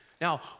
Now